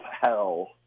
hell